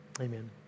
Amen